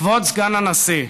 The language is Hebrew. כבוד סגן הנשיא,